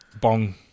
bong